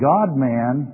God-man